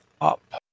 up